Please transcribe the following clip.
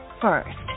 first